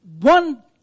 one